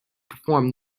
perform